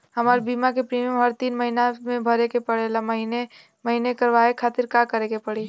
हमार बीमा के प्रीमियम हर तीन महिना में भरे के पड़ेला महीने महीने करवाए खातिर का करे के पड़ी?